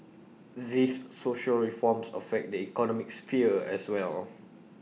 these social reforms affect the economic sphere as well